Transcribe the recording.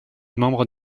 membre